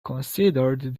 considered